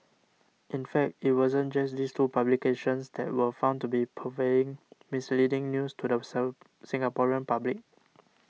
in fact it wasn't just these two publications that were found to be purveying misleading news to the Singaporean public